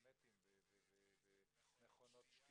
עובדה שבירושלים זה כבר קורה אבל בגוש דן זה משהו חדש.